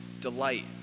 delight